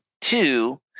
Two